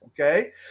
okay